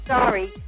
Sorry